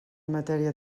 matèria